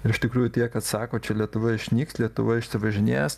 ir iš tikrųjų tie kas sako čia lietuva išnyks lietuva išsivažinės